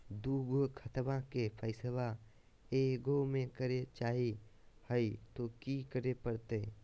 दू गो खतवा के पैसवा ए गो मे करे चाही हय तो कि करे परते?